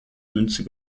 münze